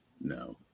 No